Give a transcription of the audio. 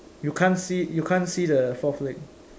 you can't see you can't see the fourth leg